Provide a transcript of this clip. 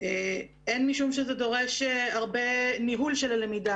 הן משום שזה דורש הרבה ניהול של הלמידה,